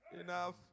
Enough